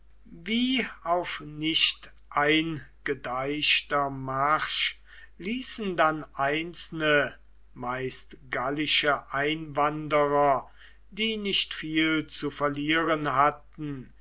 wie auf nicht eingedeichter marsch ließen dann einzelne meist gallische einwanderer die nicht viel zu verlieren hatten